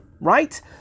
right